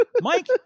mike